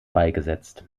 beigesetzt